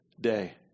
day